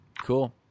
cool